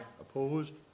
Opposed